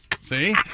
See